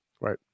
right